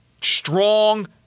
strong